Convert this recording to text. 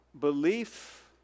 belief